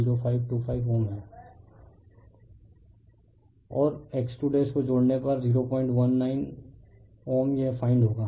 refer slide time 3859 और X2 को जोड़ने पर 019Ω यह फाइंड होगा